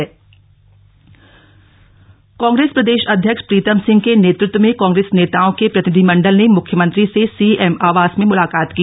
CM Congress मुलाकात कांग्रेस प्रदेश अध्यक्ष प्रीतम सिंह के नेतृत्व में कांग्रेस नेताओं के प्रतिनिधिमंडल ने मुख्यमंत्री से सीएम आवास में मुलाकात की